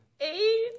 Eight